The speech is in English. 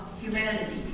humanity